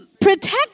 protect